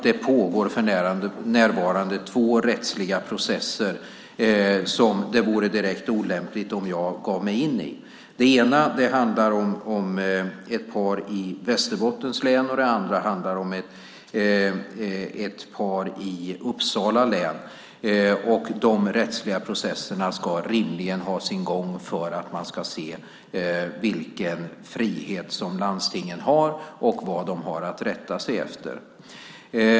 Det pågår för närvarande två rättsliga processer som det vore direkt olämpligt om jag gav mig in i. Den ena handlar om ett par i Västerbottens län, och den andra handlar om ett par i Uppsala län. Dessa rättsliga processer ska rimligen ha sin gång för att man ska se vilken frihet landstingen har och vad de har att rätta sig efter.